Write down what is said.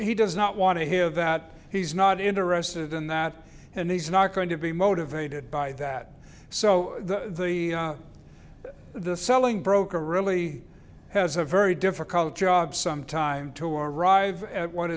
he does not want to hear that he's not interested in that and he's not going to be motivated by that so the selling broker really has a very difficult job some time to arrive at what